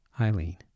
Eileen